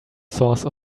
source